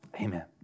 amen